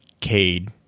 Cade